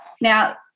now